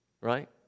right